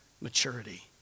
maturity